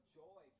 joy